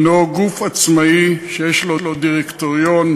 הנה גוף עצמאי שיש לו דירקטוריון,